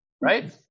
Right